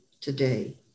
today